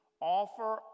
offer